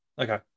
Okay